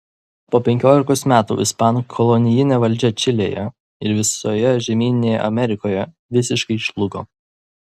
po penkiolikos metų ispanų kolonijinė valdžia čilėje ir visoje žemyninėje amerikoje visiškai žlugo